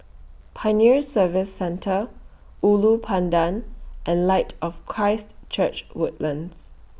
Pioneer Service Centre Ulu Pandan and Light of Christ Church Woodlands